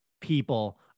people